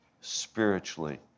spiritually